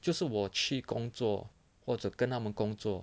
就是我去工作或者跟他们工作